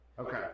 Okay